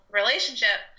relationship